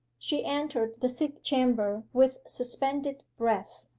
she entered the sick-chamber with suspended breath.